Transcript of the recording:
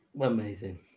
Amazing